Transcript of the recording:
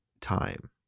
time